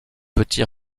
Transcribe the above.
petit